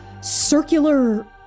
circular